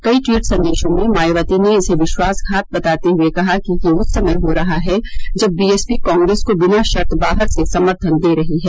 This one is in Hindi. कई ट्वीट संदेशों में मायावती ने इसे विश्वासघात बताते हुए कहा कि यह उस समय हो रहा है जब बी एस पी कांग्रेस को बिना शर्त बाहर से समर्थन दे रही है